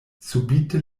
subite